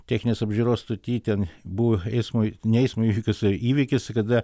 techninės apžiūros stoty ten buvo eismo ne eismo įvykis o įvykis kada